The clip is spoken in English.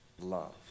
love